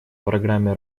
программе